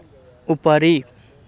उपरि